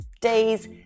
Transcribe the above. days